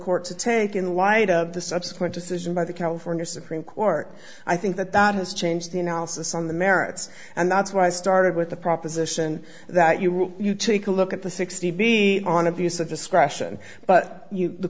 court to take in light of the subsequent decision by the california supreme court i think that that has changed the analysis on the merits and that's why i started with the proposition that you will you take a look at the sixty be on abuse of discretion but the